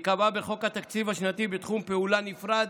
התקציב השנתי בתחום פעולה נפרד